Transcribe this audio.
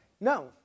no